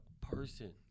person